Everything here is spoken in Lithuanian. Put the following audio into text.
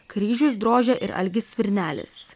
kryžius drožia ir algis svirnelis